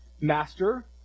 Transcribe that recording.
Master